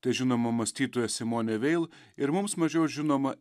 tai žinoma mąstytoja simonė veil ir mums mažiau žinoma